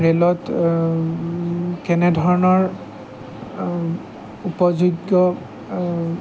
ৰেলত কেনেধৰণৰ উপযোগ্য